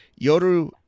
Yoru